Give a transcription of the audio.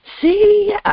See